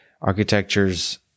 architectures